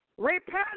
Repent